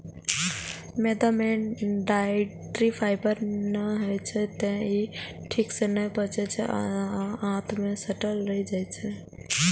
मैदा मे dietary fibre नै होइ छै, तें ई ठीक सं नै पचै छै आ आंत मे सटल रहि जाइ छै